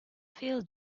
feel